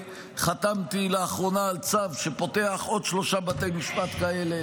חתמתי לאחרונה על צו שפותח עוד שלושה בתי משפט כאלה,